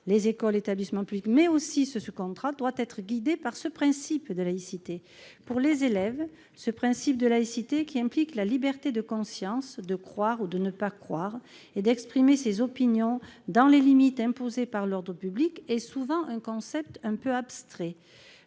les écoles et établissements publics, mais aussi le secteur privé sous contrat, doit être guidée par le principe de laïcité. Pour les élèves, ce principe impliquant la liberté de conscience, de croire ou de ne pas croire et d'exprimer ses opinions dans les limites imposées par l'ordre public est souvent un concept un peu abstrait.